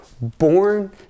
born